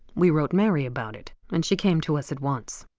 we wrote mary about it, and she came to us at once.